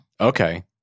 Okay